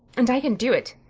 and i can do it,